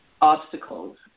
obstacles